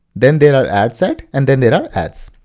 then there are ad sets, and then there are ads.